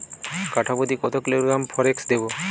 কাঠাপ্রতি কত কিলোগ্রাম ফরেক্স দেবো?